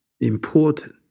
important